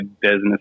business